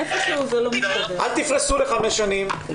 אל תפרשו ל-5 שנים,